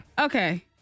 Okay